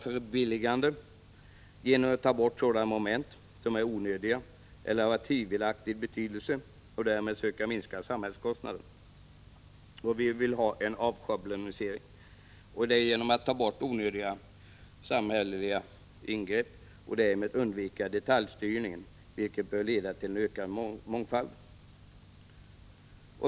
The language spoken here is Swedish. Förbilligande genom borttagande av sådana moment som är onödiga eller har tvivelaktig betydelse, för att därmed söka minska samhällskostnaden 4. Avschablonisering genom avskaffande av onödiga samhälleliga ingrepp och därmed undvikande av detaljstyrning, vilket bör leda till ökad mångfald.